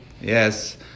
Yes